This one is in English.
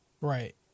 Right